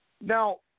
Now